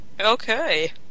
Okay